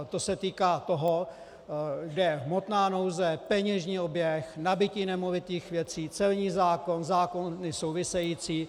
To se týká toho, kde je hmotná nouze, peněžní oběh, nabytí nemovitých věcí, celní zákon, zákony související.